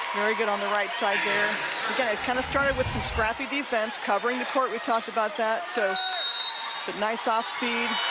very good on the right side there kind of kind of started with some strapgy defense covering the court. we talked about that a so but nice off speed